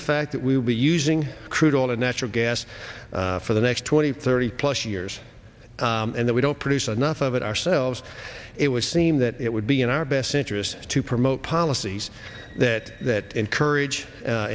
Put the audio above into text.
the fact that we will be using crude oil and natural gas for the next twenty thirty plus years and that we don't produce enough of it ourselves it would seem that it would be in our best interest to promote policies that that encourage a